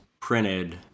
printed